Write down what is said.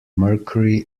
mercury